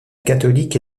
catholique